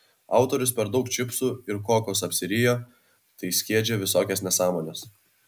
autorius per daug čipsų ir kokos apsirijo tai skiedžia visokias nesąmones